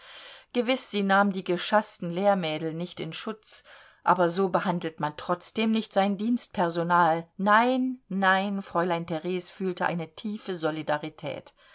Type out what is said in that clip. gewiß sie nahm die geschaßten lehrmädel nicht in schutz aber so behandelt man trotzdem nicht sein dienstpersonal nein nein fräulein theres fühlte eine tiefe solidarität